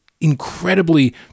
incredibly